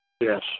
Yes